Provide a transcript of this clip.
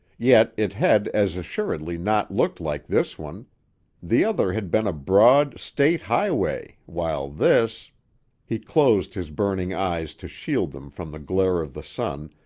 yet it had as assuredly not looked like this one the other had been a broad, state highway, while this he closed his burning eyes to shield them from the glare of the sun,